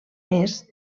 més